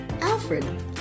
Alfred